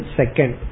second